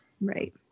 Right